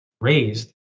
raised